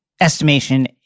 estimation